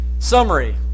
Summary